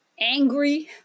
angry